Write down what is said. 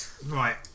right